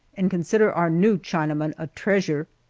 and consider our new chinaman a treasure.